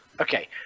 Okay